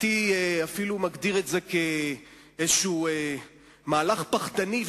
הייתי מגדיר את זה אפילו מהלך פחדני.